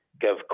give